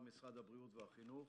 משרד הבריאות ומשרד החינוך,